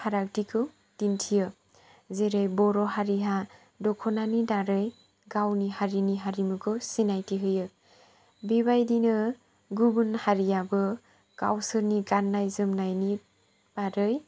फारागथिखौ दिन्थियो जेरै बर' हारिया दख'नानि बारै गावनि हारिमुखौ सिनायथि होयो बेबायदिनो गुबुन हारियाबो गावसोरनि गाननाय जोमनायनि बारै